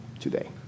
today